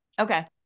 Okay